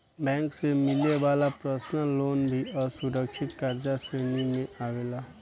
bank से मिले वाला पर्सनल लोन भी असुरक्षित कर्जा के श्रेणी में आवेला